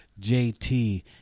JT